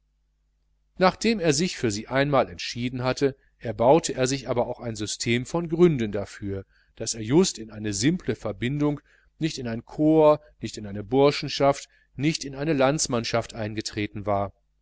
nachdem er sich für sie einmal entschieden hatte erbaute er sich aber auch ein system von gründen dafür daß er just in eine simple verbindung nicht in ein corps nicht in eine burschenschaft nicht in eine landsmannschaft eingetreten war